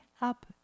up